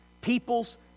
peoples